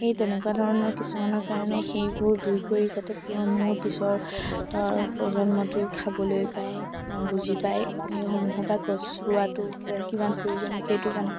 সেই তেনেকুৱা ধৰণৰ কিছুমানৰ কাৰণে সেইবোৰ ৰুই কৰি যাতে মোৰ পিছৰ প্ৰজন্মটোৱে খাবলৈ পায় বা বুজি পায় সেইসমূহৰ পৰা গছ ৰোৱাটো যে কিমান প্ৰয়োজনীয় সেইটো জানে